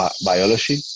biology